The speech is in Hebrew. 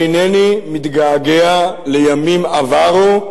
אינני מתגעגע לימים עברו,